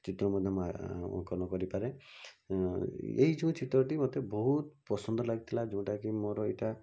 ଚିତ୍ର ମଧ୍ୟ ଅଙ୍କନ କରିପାରେ ଏଇ ଯେଉଁ ଚିତ୍ରଟି ମୋତେ ବହୁତ ପସନ୍ଦ ଲାଗିଥିଲା ଯେଉଁଟାକି ମୋର ଏଇଟା